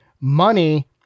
money